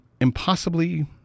impossibly